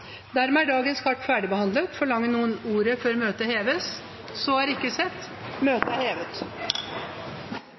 Dermed er dagens kart ferdigbehandlet. Forlanger noen ordet før møtet heves? – Møtet er hevet.